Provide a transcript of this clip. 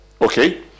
okay